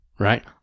Right